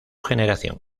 generación